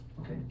Okay